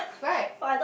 right